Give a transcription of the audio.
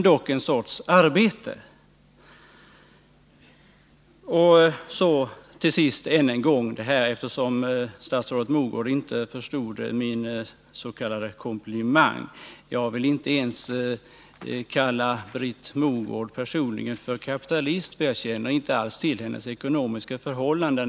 Till sist skall jag än en gång beröra begreppet kapitalist, eftersom statsrådet Mogård inte förstod min s.k. komplimang. Jag vill inte ens kalla Britt Mogård personligen för kapitalist, eftersom jag inte alls känner till hennes ekonomiska förhållanden.